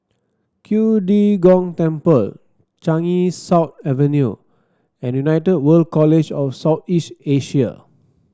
De Gong Temple Changi South Avenue and United World College of South East Asia